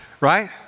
right